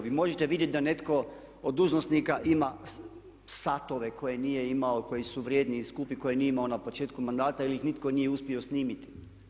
Vi možete vidjeti da netko od dužnosnika ima satove koje nije imao, koji su vrijedni i skupi, koje nije imao na početku mandata ili ih nitko nije uspio snimiti.